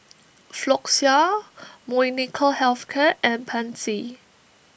Floxia Molnylcke Health Care and Pansy